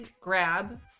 grab